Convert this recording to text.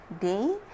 day